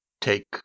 take